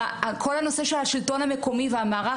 כל הנושא של השלטון המקומי והמערך